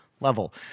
level